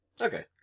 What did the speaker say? Okay